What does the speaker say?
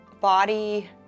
body